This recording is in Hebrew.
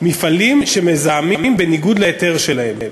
מפעלים שמזהמים בניגוד להיתר שלהם.